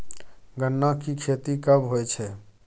गन्ना की खेती कब होय छै?